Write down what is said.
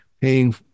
paying